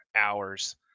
hours